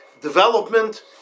development